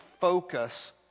focus